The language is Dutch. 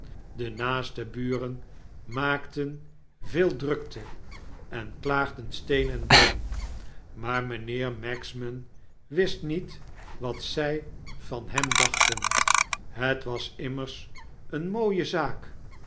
de naaste buren maakten veel drukte en klaagden steen en been maar mynheer magsman wist niet wat zy van hem dachten het was immers eene mooie zaak